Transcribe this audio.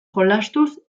jolastuz